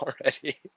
already